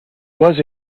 was